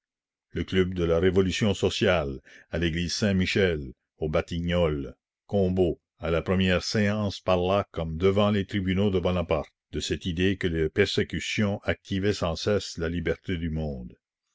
le club de la révolution sociale à l'église saint-michel aux batignolles combault à la première séance parla comme devant les tribunaux de bonaparte de cette idée que les persécutions activaient sans cesse la liberté du monde